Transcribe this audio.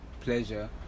pleasure